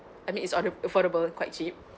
I mean it's on~ affordable quite cheap